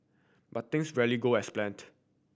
but things rarely go as planned